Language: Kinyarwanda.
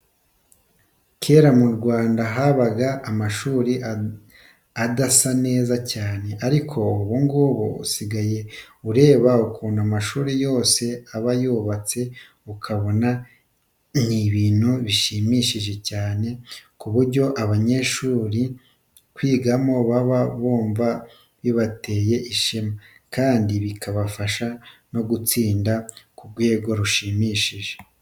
Kera mu Rwanda habaga amashuri adasa neza cyane, ariko ubu ngubu usigaye ureba ukuntu amashuri yose aba yubatse ukabona ni ibintu bishimishije cyane ku buryo abanyeshuri kwigamo baba bumva bibateye ishema, kandi bikabafasha no gutsinda ku rwego rushimishije.